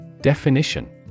Definition